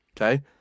Okay